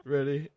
Ready